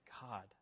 God